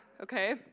Okay